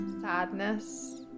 sadness